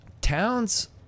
Towns